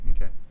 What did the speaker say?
Okay